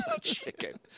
Chicken